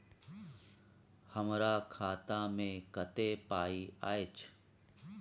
हमरा खाता में कत्ते पाई अएछ?